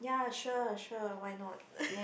sure sure why not